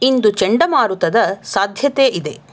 ಇಂದು ಚಂಡಮಾರುತದ ಸಾಧ್ಯತೆ ಇದೆ